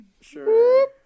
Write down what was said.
Sure